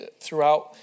throughout